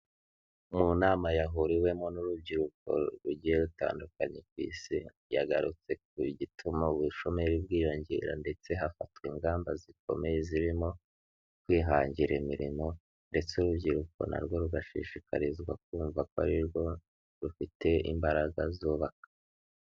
Mu nama yahuriwemo n'urubyiruko rugiye rutandukanye ku Isi, yagarutse ku gituma ubushomeri bwiyongera ndetse hafatwa ingamba zikomeye zirimo: kwihangira imirimo ndetse urubyiruko na rwo rugashishikarizwa kumva ko ari rwo rufite imbaraga zubaka.